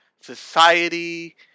society